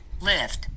lift